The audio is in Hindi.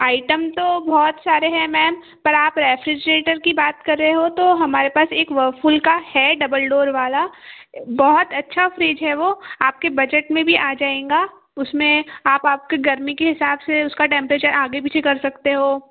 आइटम तो बहुत सारे हैं मैम पर आप रेफ्रिजरेटर की बात कर रहे हो तो हमारे पास एक वर्लपूल का है डबल डोर वाला बहुत अच्छा फ्रिज है वो आपके बजट में भी आ जाएंगा उसमे आप आपके गर्मी के हिसाब से उसका टेम्प्रेचर आगे पीछे कर सकते हो